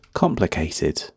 complicated